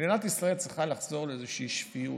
מדינת ישראל צריכה לחזור לאיזושהי שפיות.